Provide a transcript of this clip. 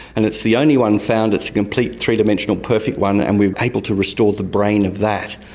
and it's the only one found, it's a complete three-dimensional perfect one, and we're able to restore the brain of that.